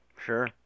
Sure